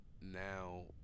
now